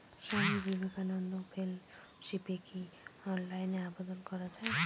স্বামী বিবেকানন্দ ফেলোশিপে কি অনলাইনে আবেদন করা য়ায়?